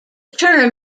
term